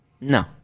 No